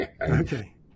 Okay